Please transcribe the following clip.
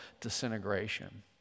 disintegration